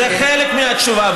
זה חלק מהתשובה.